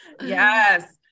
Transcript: Yes